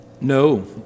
No